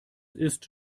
ist